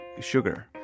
sugar